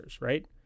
right